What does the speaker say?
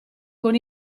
con